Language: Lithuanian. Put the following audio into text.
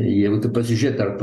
jeigu taip pasižiūrėt tarp